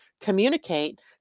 communicate